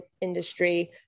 industry